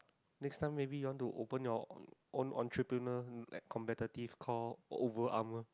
next time maybe you want to open you own entrepreneur like competitive called over armor